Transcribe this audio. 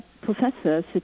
professor